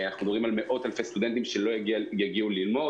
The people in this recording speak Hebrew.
אנחנו מדברים על מאות אלפי סטודנטים שלא יגיעו ללמוד.